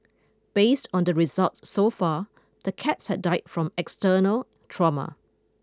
based on the results so far the cats had died from external trauma